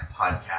podcast